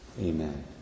Amen